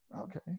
okay